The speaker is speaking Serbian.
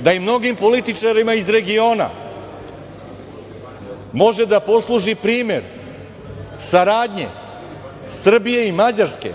da i mnogim političarima iz regiona može da posluži primer saradnje Srbije i Mađarske